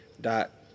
dot